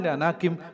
Anakim